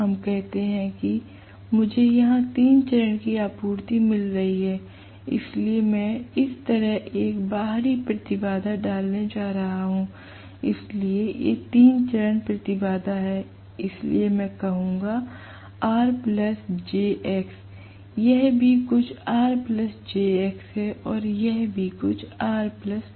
हम कहते हैं कि मुझे यहां तीन चरण की आपूर्ति मिल रही है इसलिए मैं इस तरह एक बाहरी प्रतिबाधा डालने जा रहा हूं इसलिए ये तीन चरण प्रतिबाधा हैं इसलिए मैं कहूंगा R jX यह भी कुछ R jX है और यह भी कुछ R jX है